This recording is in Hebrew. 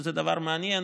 שזה דבר מעניין